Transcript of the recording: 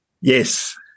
Yes